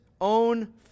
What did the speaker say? own